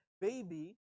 baby